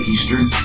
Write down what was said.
Eastern